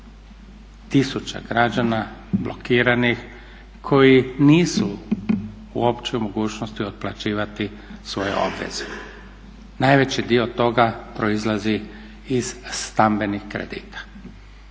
000 građana blokiranih koji nisu uopće u mogućnosti otplaćivati svoje obveze. Najveći dio toga proizlazi iz stambenih kredita.